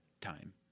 time